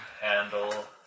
Handle